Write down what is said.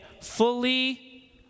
fully